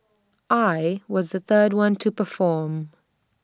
I was the third one to perform